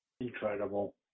Incredible